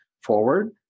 forward